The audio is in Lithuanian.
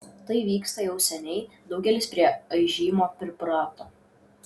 tai vyksta jau seniai daugelis prie aižymo priprato